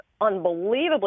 unbelievably